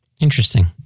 Interesting